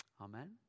Amen